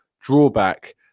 drawback